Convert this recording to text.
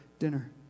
dinner